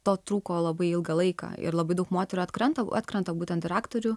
to trūko labai ilgą laiką ir labai daug moterų atkrenta atkrenta būtent ir aktorių